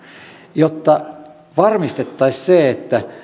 jotta varmistettaisiin se että